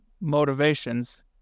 motivations